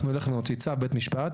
אנחנו נלך ונוציא צו בית משפט,